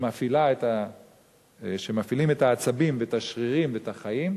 שמפעילה את העצבים ואת השרירים ואת החיים,